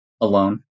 Alone